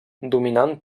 dominant